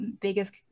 biggest